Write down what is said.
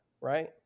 right